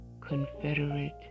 Confederate